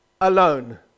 alone